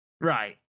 Right